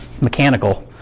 mechanical